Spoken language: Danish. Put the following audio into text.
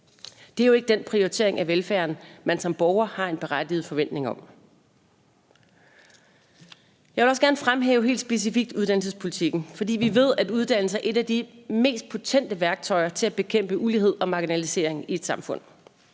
Det er jo ikke den prioritering af velfærden, man som borger har et berettiget forventning om. Jeg vil også godt fremhæve helt specifikt uddannelsespolitikken, for vi ved, at uddannelser er et af de mest potente værktøjer til at bekæmpe ulighed og marginalisering i et samfund.